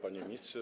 Panie Ministrze!